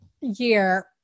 year